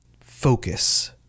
focus